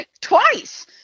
twice